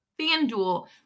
FanDuel